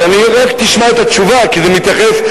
אז רק תשמע את התשובה, כי זה מתייחס.